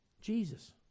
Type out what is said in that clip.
Jesus